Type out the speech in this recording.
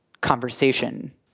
conversation